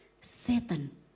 Satan